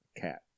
Cat